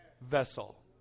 vessel